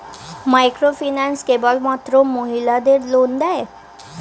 Microfinance কেবলমাত্র মহিলাদের loan দেয়?